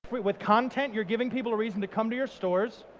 with content, you're giving people a reason to come to your stores